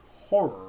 horror